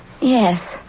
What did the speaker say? Yes